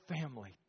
family